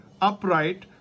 upright